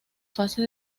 fase